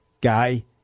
guy